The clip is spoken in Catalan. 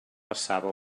passava